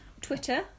Twitter